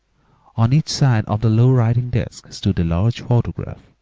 on each side of the low writing-desk stood a large photograph,